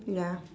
ya